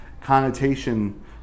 connotation